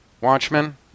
Watchmen